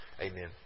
Amen